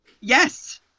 Yes